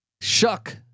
Shuck